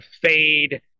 fade